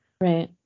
Right